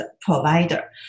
provider